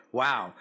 wow